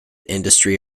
industry